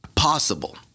possible